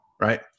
Right